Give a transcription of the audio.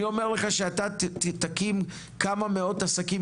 אני אומר לך שאתה תקים כמה מאות עסקים